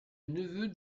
neveu